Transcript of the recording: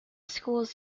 schools